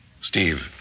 Steve